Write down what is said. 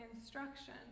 instruction